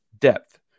depth